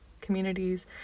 communities